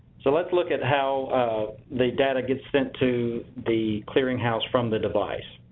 so let's look at how the data gets sent to the clearinghouse from the device.